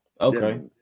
Okay